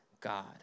God